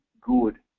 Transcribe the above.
good